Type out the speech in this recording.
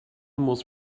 muss